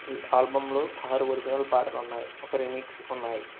ఈ ఆల్బమ్లో ఆరు ఒరిజినల్ పాటలున్నాయి ఒక రీమిక్స్ ఉన్నాయి